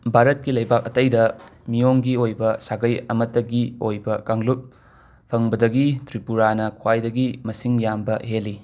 ꯕꯥꯔꯠꯀꯤ ꯂꯩꯕꯥꯛ ꯑꯇꯩꯗ ꯃꯤꯌꯣꯡꯒꯤ ꯑꯣꯏꯕ ꯁꯥꯒꯩ ꯑꯃꯠꯇꯒꯤ ꯑꯣꯏꯕ ꯀꯥꯡꯂꯨꯞ ꯐꯪꯕꯗꯒꯤ ꯇ꯭ꯔꯤꯄꯨꯔꯥꯅ ꯈ꯭ꯋꯥꯏꯗꯒꯤ ꯃꯁꯤꯡ ꯌꯥꯝꯕ ꯍꯦꯜꯂꯤ